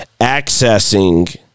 accessing